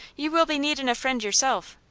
you will be needin' a friend yourself.